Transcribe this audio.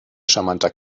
charmanter